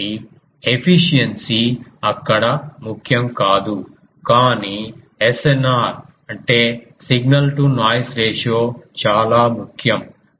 కాబట్టి ఎఫిషియన్సీ అక్కడ ముఖ్యం కాదు కానీ SNR చాలా ముఖ్యం